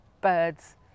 birds